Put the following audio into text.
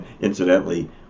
incidentally